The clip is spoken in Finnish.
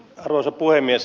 arvoisa puhemies